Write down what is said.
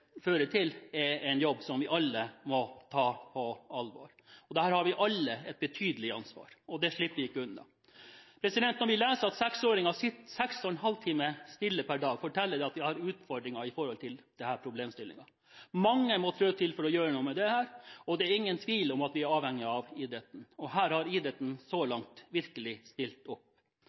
vi alle må ta på alvor. Der har vi alle et betydelig ansvar, og det slipper vi ikke unna. Når vi leser at 6-åringer sitter seks og en halv time stille per dag, forteller det at vi har utfordringer innenfor disse problemområdene. Mange må trå til for å gjøre noe med dette. Det er ingen tvil om at vi er avhengig av idretten, og her har idretten så langt virkelig stilt opp.